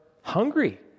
hungry